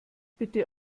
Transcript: bitte